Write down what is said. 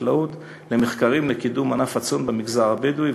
החקלאות למחקרים לקידום ענף הצאן במגזר הבדואי,